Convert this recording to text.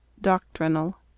Doctrinal